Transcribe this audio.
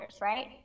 right